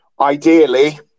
Ideally